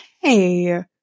hey